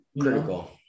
critical